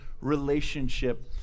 relationship